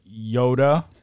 Yoda